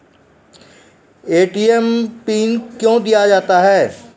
ATM मे pin कयो दिया जाता हैं?